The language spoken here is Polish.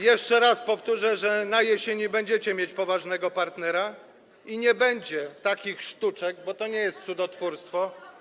Jeszcze raz powtórzę, że na jesieni będziecie mieć poważnego partnera i nie będzie takich sztuczek, bo to nie jest cudotwórstwo.